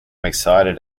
excited